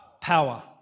Power